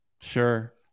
Sure